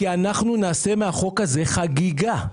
כי אנחנו נעשה מהחוק הזה חגיגה.